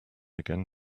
again